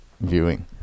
viewing